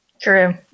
True